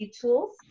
tools